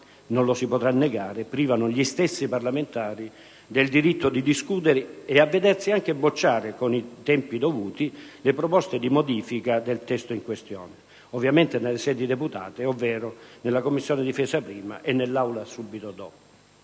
non lo si potrà negare - privano gli stessi parlamentari del diritto di discutere, e vedersi anche bocciare, con i tempi dovuti, le proposte di modifica del testo in questione, ovviamente, nelle sedi deputate, ovvero nella Commissione difesa prima e nell'Aula subito dopo.